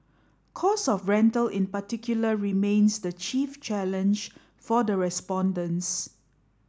cost of rental in particular remains the chief challenge for the respondents